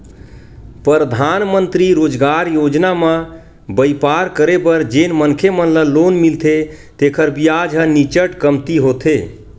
परधानमंतरी रोजगार योजना म बइपार करे बर जेन मनखे मन ल लोन मिलथे तेखर बियाज ह नीचट कमती होथे